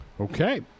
Okay